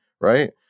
Right